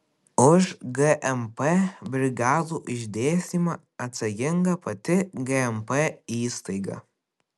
už gmp brigadų išdėstymą atsakinga pati gmp įstaiga